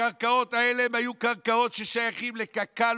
הקרקעות הללו היו קרקעות ששייכות לקק"ל